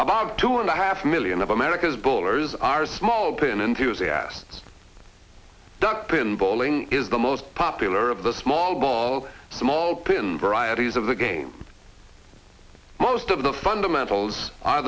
about two and a half million of america's bowlers are small pin enthusiastic the pin bowling is the most popular of the small ball small pin varieties of the game most of the fundamentals are